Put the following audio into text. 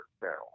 barrel